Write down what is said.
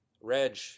Reg